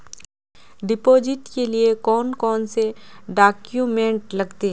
Deposit के लिए कौन कौन से डॉक्यूमेंट लगते?